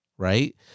right